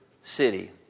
city